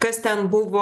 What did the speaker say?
kas ten buvo